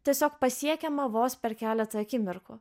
tiesiog pasiekiama vos per keletą akimirkų